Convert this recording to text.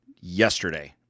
yesterday